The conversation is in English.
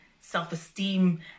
self-esteem